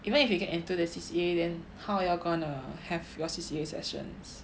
even if you can enter the C_C_A then how are y'all gonna have your C_C_A sessions